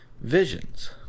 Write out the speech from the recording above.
Visions